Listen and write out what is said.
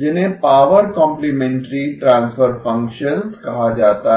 जिन्हें power complementary transfer functions कहा जाता है